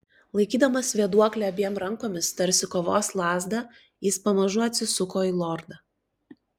laikydamas vėduoklę abiem rankomis tarsi kovos lazdą jis pamažu atsisuko į lordą